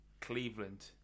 Cleveland